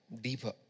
deeper